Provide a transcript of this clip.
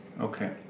Okay